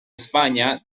españa